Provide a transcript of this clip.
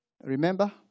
Remember